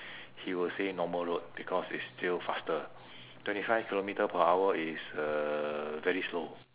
he will say normal road because it's still faster twenty five kilometre per hour is uh very slow